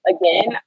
again